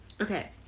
Okay